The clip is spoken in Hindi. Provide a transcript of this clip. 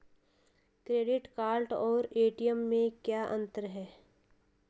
क्रेडिट कार्ड और ए.टी.एम कार्ड में क्या अंतर है?